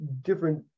different